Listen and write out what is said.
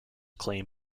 claim